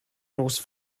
nos